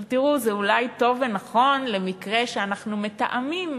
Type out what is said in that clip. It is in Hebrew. תראו, זה אולי טוב ונכון למקרה שאנחנו מתאמים